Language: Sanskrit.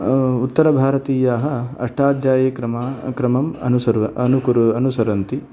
उत्तर भारतीयाः अष्टाध्यायीक्रमः क्रमम् अनुसरुव अनुकुर्व अनुसरन्ति